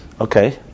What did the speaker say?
Okay